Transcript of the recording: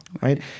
right